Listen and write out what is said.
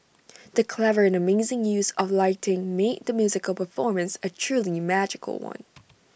the clever and amazing use of lighting made the musical performance A truly magical one